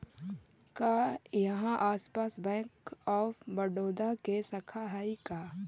का इहाँ आसपास बैंक ऑफ बड़ोदा के शाखा हइ का?